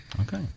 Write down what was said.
Okay